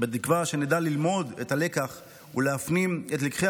בתקווה שנדע ללמוד את הלקח ולהפנים את לקחי